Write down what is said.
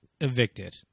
evicted